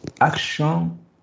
action